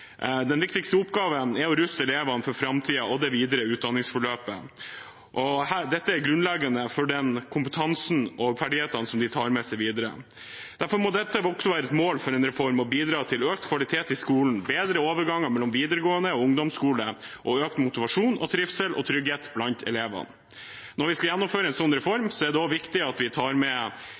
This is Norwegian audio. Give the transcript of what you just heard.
Den viktigste oppgaven er å ruste elevene for framtiden og det videre utdanningsløpet, dette er grunnleggende for den kompetansen og de ferdighetene som de tar med seg videre. Derfor må det også være et mål for en reform å bidra til økt kvalitet i skolen, en bedre overgang mellom ungdomsskole og videregående og økt motivasjon, trivsel og trygghet blant elevene. Når vi skal gjennomføre en slik reform, er det også viktig at vi tar med